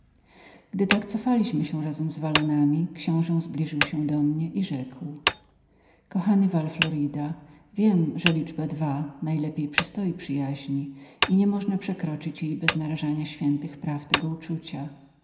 gdy tak cofaliśmy się razem z wallonami książe zbliżył się do mnie i rzekł kochany val florida wiem że liczba dwa najlepiej przystoi dla przyjaźni nie można przekroczyć jej bez narażenia świętych praw tego uczucia